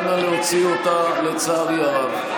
אנא, להוציא אותה, לצערי הרב.